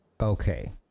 Okay